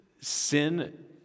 Sin